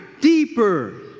deeper